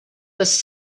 was